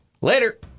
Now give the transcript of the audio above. Later